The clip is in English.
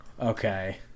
Okay